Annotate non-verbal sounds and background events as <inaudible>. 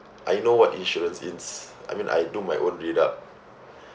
I know what insurance ins~ I mean I do my own read up <breath>